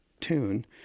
tune